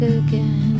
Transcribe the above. again